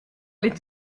les